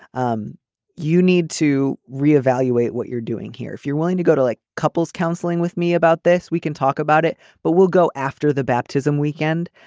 um you need to re-evaluate what you're doing here if you're willing to go to like couples counseling with me about this. we can talk about it but we'll go after the baptism weekend.